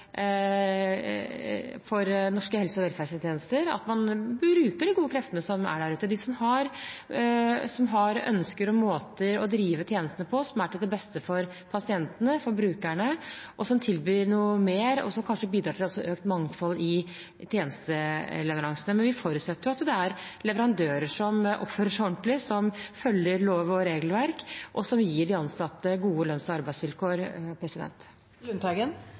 for norske helse- og velferdstjenester at man bruker de gode kreftene som er der ute, de som har ønsker og måter å drive tjenester på som er til det beste for pasientene, for brukerne, som tilbyr noe mer, og som kanskje bidrar til økt mangfold i tjenesteleveransene. Vi forutsetter at det er leverandører som oppfører seg ordentlig, som følger lov- og regelverk, og som gir de ansatte gode lønns- og arbeidsvilkår.